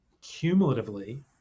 cumulatively